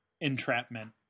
entrapment